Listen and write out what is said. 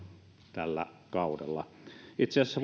tällä kaudella itse asiassa